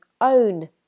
own